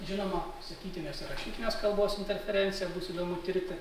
žinoma sakytinės rašytinės kalbos interferenciją bus įdomu tirti